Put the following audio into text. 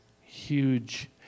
huge